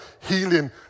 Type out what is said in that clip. healing